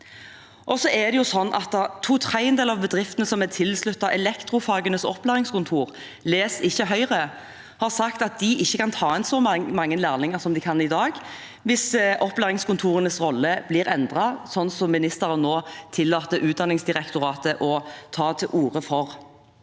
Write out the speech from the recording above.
To tredjedeler av bedriftene som er tilsluttet elektrofagenes opplæringskontor, har sagt – dvs. ikke Høyre – at de ikke kan ta inn så mange lærlinger som de kan i dag hvis opplæringskontorenes rolle blir endret, slik ministeren nå tillater Utdanningsdirektoratet å ta til orde for.